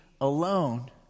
alone